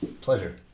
pleasure